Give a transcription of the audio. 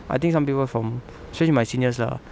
I think some people are from especially my seniors lah